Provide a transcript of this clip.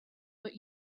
but